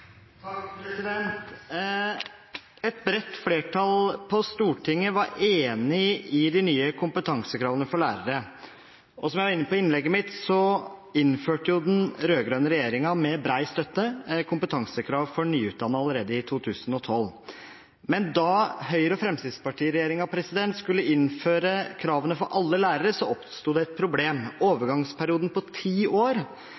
som jeg var inne på i innlegget mitt, innførte den rød-grønne regjeringen, med bred støtte, kompetansekrav for nyutdannede allerede i 2012. Men da Høyre–Fremskrittsparti-regjeringen skulle innføre kravene for alle lærere, oppsto det et problem. Overgangsperioden på ti år,